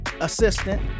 assistant